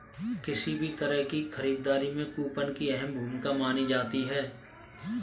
किसी भी तरह की खरीददारी में कूपन की अहम भूमिका मानी जाती है